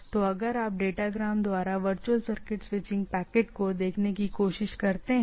तो अगर आप डेटाग्राम द्वारा वर्चुअल सर्किट स्विचिंग पैकेट को देखने की कोशिश करते हैं